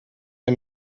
der